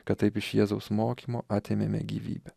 kad taip iš jėzaus mokymo atėmėme gyvybę